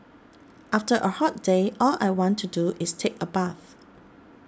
after a hot day all I want to do is take a bath